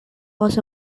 was